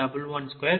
01520